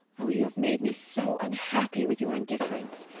oh! you have made me so unhappy with your indifference.